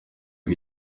ngo